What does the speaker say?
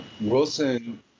Wilson